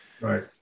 right